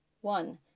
one